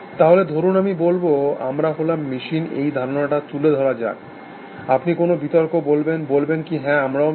তাহলে ধরুন আমি বলব আমার হলাম মেশিন এই ধারণাটা তুলে ধরা যাক আপনি কোনো বিতর্ক বলবেন বলবেন কি হ্যাঁ আমরাও মেশিন